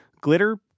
Glitter